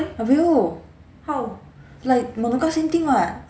I will like no because same thing [what]